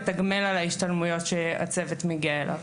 לתגמל על ההשתלמויות שאליהן מגיע הצוות.